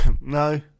No